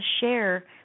share